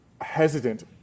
hesitant